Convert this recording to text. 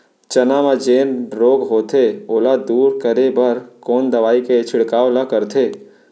चना म जेन रोग होथे ओला दूर करे बर कोन दवई के छिड़काव ल करथे?